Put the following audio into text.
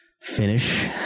finish